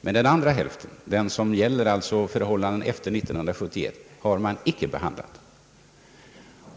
Men den andra hälften — den som gäller förhållandena efter 1970 — har man icke behandlat.